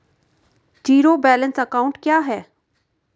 Zero balance account क्या है?